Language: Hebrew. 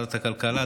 ועדת הכלכלה,